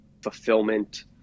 fulfillment